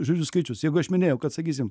žodžių skaičius jeigu aš minėjau kad sakysim